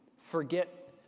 forget